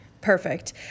Perfect